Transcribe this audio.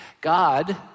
God